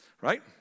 Right